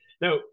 Now